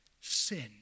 sin